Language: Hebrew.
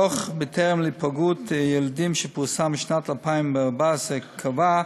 דוח "בטרם" על היפגעות ילדים שפורסם בשנת 2014 קבע: